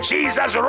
Jesus